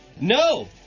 No